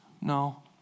No